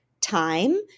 time